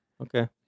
okay